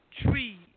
tree